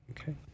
okay